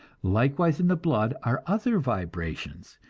likewise in the blood are other vibrations,